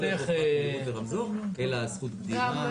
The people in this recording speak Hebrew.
לא על --- ברמזור אלא על זכות קדימה.